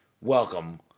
welcome